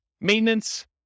Maintenance